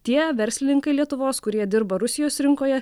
tie verslininkai lietuvos kurie dirba rusijos rinkoje